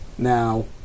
Now